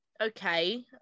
okay